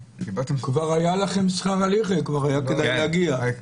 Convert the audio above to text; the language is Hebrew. כבר היה לכם שכר הליכה, כבר היה כדאי להגיע.